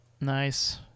Nice